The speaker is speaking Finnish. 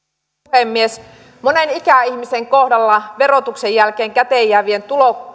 puhemies monen ikäihmisen kohdalla verotuksen jälkeen käteenjäävien